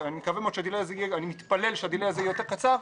אני מקווה ומתפלל שהדיליי הזה יהיה יותר קצר,